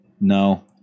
no